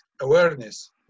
awareness